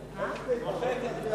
אותו.